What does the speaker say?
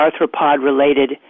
arthropod-related